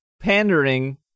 pandering